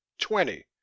Twenty